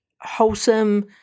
wholesome